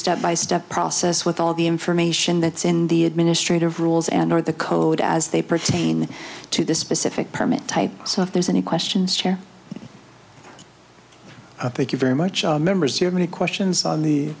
step by step process with all the information that's in the administrative rules and or the code as they pertain to the specific permit type so if there's any questions here i thank you very much our members here many questions on the